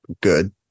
good